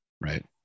Right